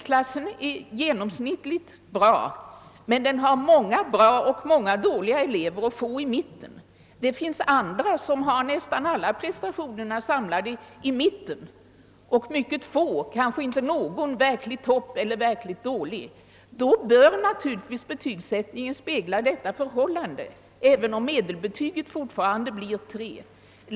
Klassen är genomsnittligt bra, men den kan ha många bra och många dåliga elever och få i mitten. Å andra sidan finns det klasser där nästan samtliga elevers prestationer är samlade i mitten och där man har mycket få — kanske inte någon — verklig topp och inte någon verkligt dålig. Då bör betygsättningen spegla detta förhållande, även om medelbetyget fortfarande blir 3.